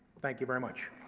thank you very much.